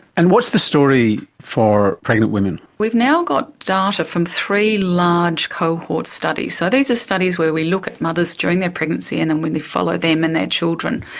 and what's the story for pregnant women? we've now got data from three large cohort studies. so these are studies where we look at mothers during their pregnancy and then when we follow them and their children,